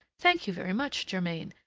thank you very much, germain.